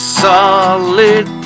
solid